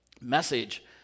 message